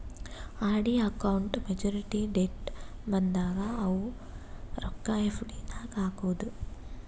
RD account maturity date ಬಂದಾಗ ಅವು ರೊಕ್ಕಾ ಎಫ್.ಡಿ ನಾಗ್ ಹಾಕದು